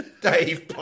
Dave